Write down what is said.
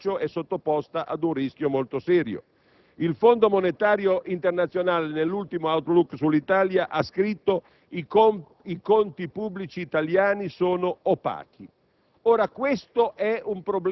tutta la decisione di bilancio è sottoposta a un rischio molto serio. Il Fondo monetario internazionale ha scritto nell'ultimo *outlook* sull'Italia che i conti pubblici italiani sono opachi.